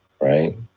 right